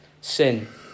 sin